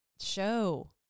show